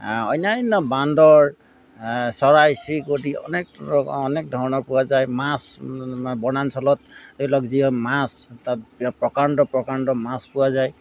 অন্যান্য বান্দৰ চৰাই চিৰিকতি অনেক ধৰণৰ পোৱা যায় মাছ বনাঞ্চলত ধৰি লওক যি মাছ তাত প্ৰকাণ্ড প্ৰকাণ্ড মাছ পোৱা যায়